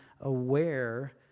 aware